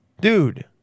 Dude